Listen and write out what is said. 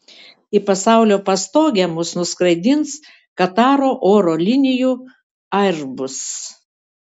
į pasaulio pastogę mus nuskraidins kataro oro linijų airbus